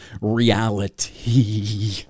reality